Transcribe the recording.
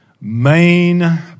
main